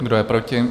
Kdo je proti?